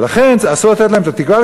ולכן אסור לתת להם את התקווה,